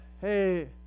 hey